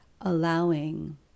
allowing